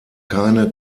keine